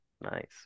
nice